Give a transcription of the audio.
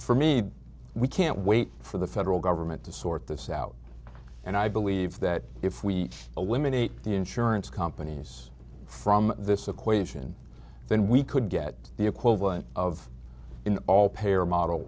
for me we can't wait for the federal government to sort this out and i believe that if we eliminate the insurance companies from this equation then we could get the equivalent of in all payer model